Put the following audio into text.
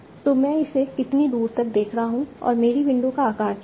तो मैं इसे कितनी दूर तक देख रहा हूं और मेरी विंडो का आकार क्या है